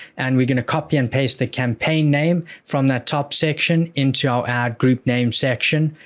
and we're going to copy and paste the campaign name from that top section into our ad group name section,